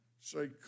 say